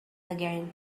again